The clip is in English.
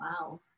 Wow